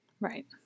Right